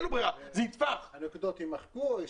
הנקודות יימחקו.